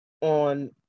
on